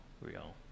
real